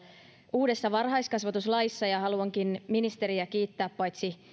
uudessa varhaiskasvatuslaissa ja haluankin ministeriä kiittää paitsi